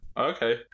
Okay